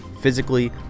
physically